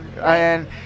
and-